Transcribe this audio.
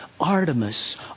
Artemis